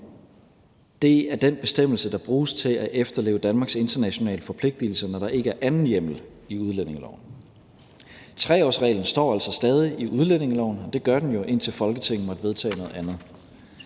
Det er den bestemmelse, der bruges til at efterleve Danmarks internationale forpligtelser, når der ikke er anden hjemmel i udlændingeloven. 3-årsreglen står altså stadig i udlændingeloven, og det gør den jo, indtil Folketinget måtte vedtage noget andet.